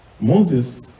Moses